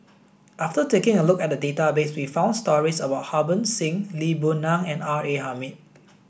after taking a look at the database we found stories about Harbans Singh Lee Boon Ngan and R A Hamid